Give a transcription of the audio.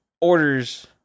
orders